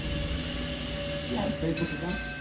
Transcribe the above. alright. do you have a facebook account?